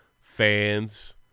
fans